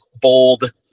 bold